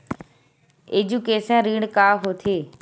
Education ऋण का होथे?